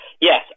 Yes